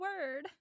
word